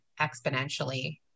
exponentially